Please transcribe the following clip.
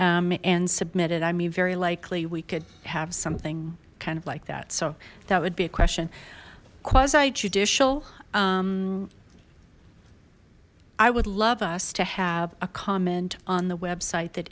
and submit it i mean very likely we could have something kind of like that so that would be a question quasi judicial i would love us to have a comment on the website that